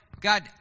God